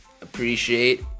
appreciate